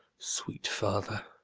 sweet father,